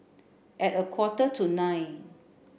at a quarter to nine